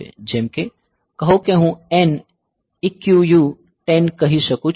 જેમ કે કહો કે હું N EQU 10 કહી શકું છું